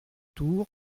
tour